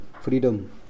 freedom